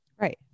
Right